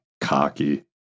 cocky